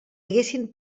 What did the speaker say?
haguessin